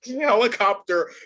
helicopter